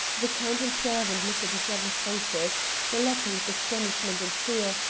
the count and servant looked at each other's faces the latter with astonishment and fear,